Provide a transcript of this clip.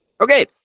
Okay